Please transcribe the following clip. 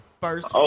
first